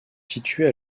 située